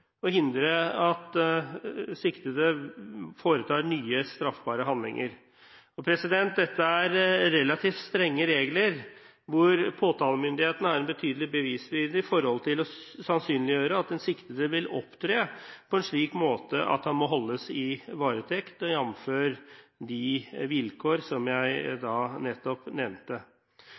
å hindre at siktede foretar nye straffbare handlinger. Dette er relativt strenge regler, hvor påtalemyndighetene har en betydelig bevisbyrde når det gjelder å sannsynliggjøre at den siktede vil opptre på en slik måte at han må holdes i varetekt – jf. de vilkår som jeg nettopp nevnte.